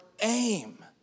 aim